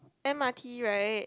m_r_t right